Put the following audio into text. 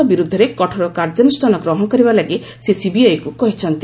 ଅଧିକାରୀଙ୍କ ବିରୁଦ୍ଧରେ କଠୋର କାର୍ଯ୍ୟାନୁଷ୍ଠାନ ଗ୍ରହଣ କରିବା ଲାଗି ସେ ସିବିଆଇକୁ କହିଛନ୍ତି